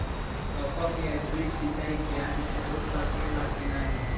टपक या ड्रिप सिंचाई प्याज में हो सकेला की नाही?